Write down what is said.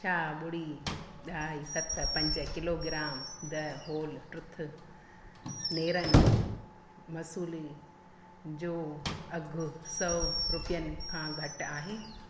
छा ॿुड़ी ढाई सत पंज किलोग्राम द होल ट्रुथ नेरन मसूली जो अघु सौ रुपियनि खां घटि आहे